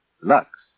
Lux